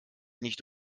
nicht